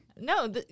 No